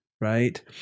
Right